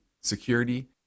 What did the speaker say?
security